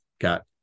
got